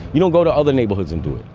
you don't go to other neighbors and do it.